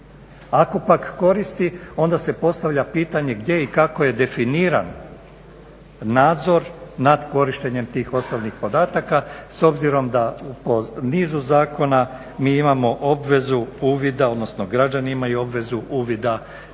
Ako pak koristi, onda se postavlja pitanje gdje i kako je definiran nadzor nad korištenjem tih osobnih podataka s obzirom da u nizu zakona mi imamo obvezu uvida, odnosno građani imaju obvezu uvoda nad